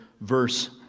verse